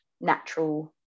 natural